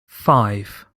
five